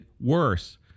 worse